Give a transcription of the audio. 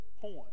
point